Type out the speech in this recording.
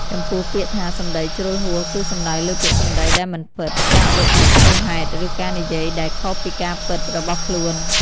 ចំពោះពាក្យថា សម្ដីជ្រុលហួស គឺសំដៅលើពាក្យសម្ដីដែលមិនពិត ការអួតអាងហួសហេតុ ឬការនិយាយដែលខុសពីការពិតរបស់ខ្លួន។